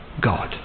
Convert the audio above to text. God